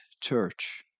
church